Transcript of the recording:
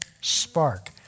spark